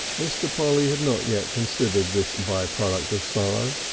mr. polly had not yet considered this by-product of sorrow.